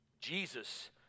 Jesus